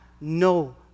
no